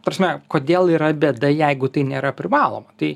ta prasme kodėl yra bėda jeigu tai nėra privaloma tai